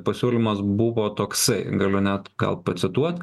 pasiūlymas buvo toksai galiu net gal pacituot